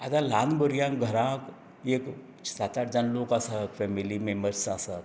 आतां ल्हान भुरग्यांक घरांत एक सात आठ जाण लोक आसात फॅमिली मेंम्बर्स आसात